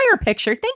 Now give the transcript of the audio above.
picture